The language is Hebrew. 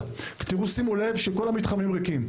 שימו לב שכל המתחמים ריקים.